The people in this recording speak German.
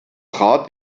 trat